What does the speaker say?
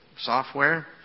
software